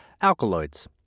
Alkaloids